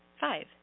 Five